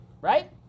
right